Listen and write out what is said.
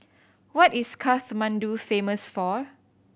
what is Kathmandu famous for